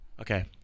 Okay